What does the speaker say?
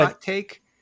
take